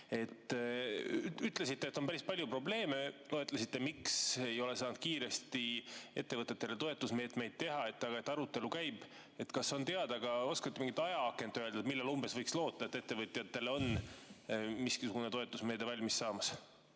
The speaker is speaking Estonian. ütlesite, et on päris palju probleeme, loetlesite, miks ei ole saanud kiiresti ettevõtetele toetusmeetmeid teha, aga ütlesite, et arutelu käib. Kas on teada, kas oskate öelda mingit ajaakent, millal umbes võiks loota, et ettevõtjatele on mingisugune toetusmeede valmis saamas?